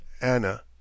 Anna